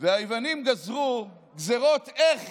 היוונים גזרו גזרות איך